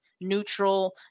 neutral